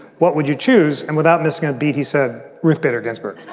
what would you choose? and without missing a beat, he said. ruth bader ginsburg.